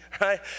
right